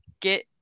get